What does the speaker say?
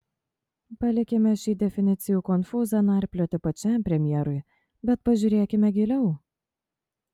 palikime šį definicijų konfūzą narplioti pačiam premjerui bet pažiūrėkime giliau